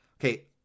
Okay